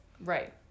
Right